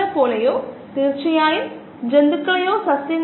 അത്തരമൊരു സാഹചര്യത്തിൽ കോശങ്ങളുടെ സാന്ദ്രത x ആണെങ്കിൽ ഇത് സാധുവായിരിക്കില്ല